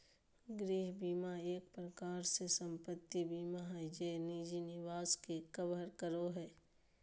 गृह बीमा एक प्रकार से सम्पत्ति बीमा हय जे निजी निवास के कवर करो हय